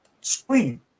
scream